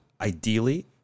ideally